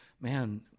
man